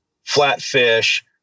Flatfish